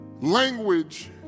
Language